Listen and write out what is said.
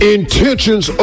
intentions